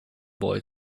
boy